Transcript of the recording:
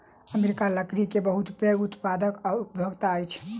America लकड़ी के बहुत पैघ उत्पादक आ उपभोगता अछि